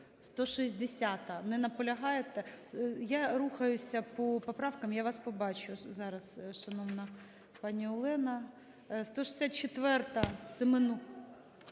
160-а, не наполягаєте. Я рухаюся по поправкам. Я вас побачу. Зараз, шановна пані Олена. 164-а,Семенуха.